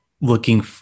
looking